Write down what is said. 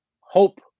hope